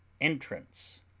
Entrance